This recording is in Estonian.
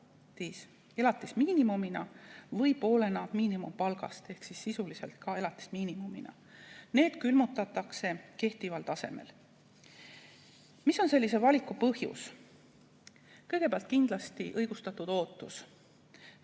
elatusmiinimumina või poolena miinimumpalgast ehk sisuliselt samuti elatusmiinimumina. Need külmutatakse kehtival tasemel. Mis on sellise valiku põhjus? Kõigepealt kindlasti õigustatud ootus,